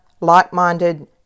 like-minded